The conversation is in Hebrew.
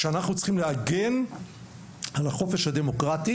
שאנחנו צריכים להגן על החופש הדמוקרטי